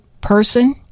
person